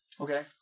Okay